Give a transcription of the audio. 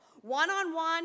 One-on-one